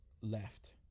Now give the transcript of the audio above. left